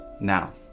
now